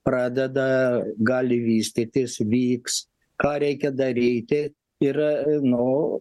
pradeda gali vystytis vyks ką reikia daryti yra nu